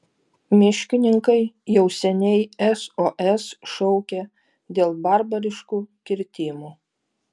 miškininkai jau seniai sos šaukia dėl barbariškų kirtimų